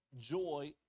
joy